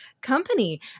company